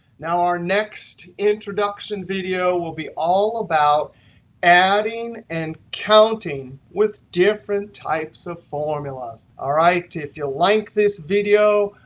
now, our next introduction video will be all about adding and counting with different types of formulas. all right, if you like this video,